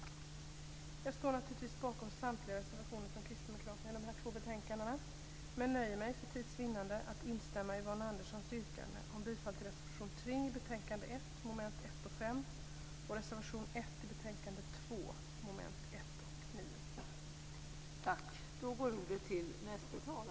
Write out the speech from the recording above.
Jag står naturligtvis bakom samtliga reservationer från Kristdemokraterna i dessa två betänkanden, men nöjer mig, för tids vinnande, med att instämma i Yvonne